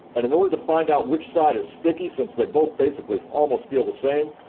and in order to find out which side is sticky, since they both basically almost feel the same,